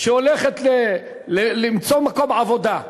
שהולכת למצוא מקום עבודה,